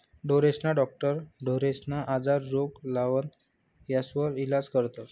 ढोरेस्ना डाक्टर ढोरेस्ना आजार, रोग, लागण यास्वर इलाज करस